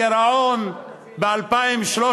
הגירעון ב-2013,